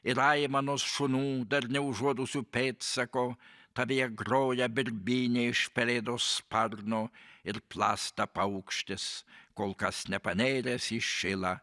ir aimanos šunų dar neužuodusių pėdsako tavyje groja birbynė iš pelėdos sparno ir plasta paukštis kol kas nepanėręs į šilą